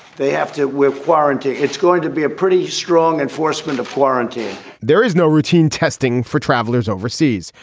they have to. with quarantine, it's going to be a pretty strong enforcement of florentin there is no routine testing for travelers overseas.